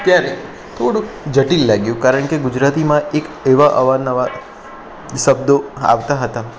ત્યારે થોડુંક જટિલ લાગ્યું કારણ કે ગુજરાતીમાં એક અવાનવા શબ્દો આવતા હતા